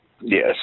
Yes